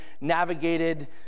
navigated